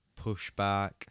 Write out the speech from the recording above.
pushback